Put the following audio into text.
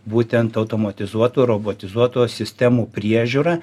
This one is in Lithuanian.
būtent automatizuotų robotizuotų sistemų priežiūra